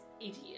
idiot